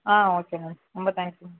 ஆ okay ma'am ரொம்ப thanks ma'am